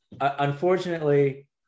Unfortunately